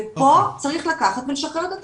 ופה צריך לשחרר את התקציבים.